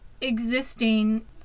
existing